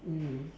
mm